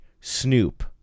Snoop